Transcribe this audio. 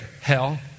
Hell